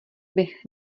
bych